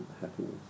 happiness